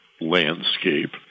landscape